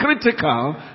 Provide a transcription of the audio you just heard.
critical